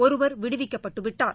ஒருவர் விடுவிக்கப்பட்டுவிட்டார்